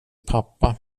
pappa